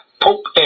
Pope